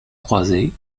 croiset